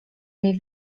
wie